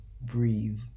breathe